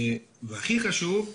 והכי חשוב,